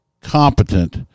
competent